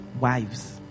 wives